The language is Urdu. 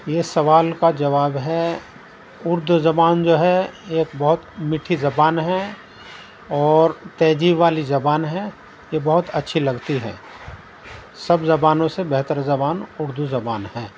یہ سوال کا جواب ہے اردو زبان جو ہے ایک بہت میٹھی زبان ہے اور تہذیب والی زبان ہے یہ بہت اچھی لگتی ہے سب زبانوں سے بہتر زبان اردو زبان ہے